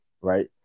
right